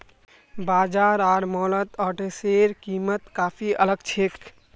बाजार आर मॉलत ओट्सेर कीमत काफी अलग छेक